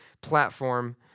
platform